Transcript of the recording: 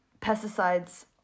Pesticides